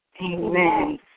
Amen